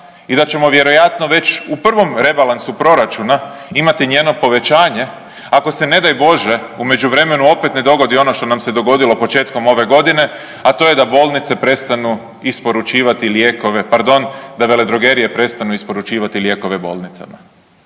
i da ćemo vjerojatno već u prvom rebalansu proračuna imati njeno povećanje ako se ne daj Bože u međuvremenu opet ne dogodi ono što nam se dogodilo početkom ove godine, a to je da bolnice prestanu isporučivati lijekove, pardon da